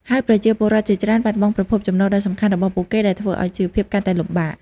ហើយប្រជាពលរដ្ឋជាច្រើនបាត់បង់ប្រភពចំណូលដ៏សំខាន់របស់ពួកគេ ដែលធ្វើឱ្យជីវភាពកាន់តែលំបាក។